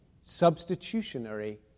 substitutionary